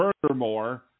Furthermore